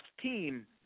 team